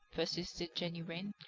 persisted jenny wren.